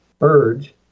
urge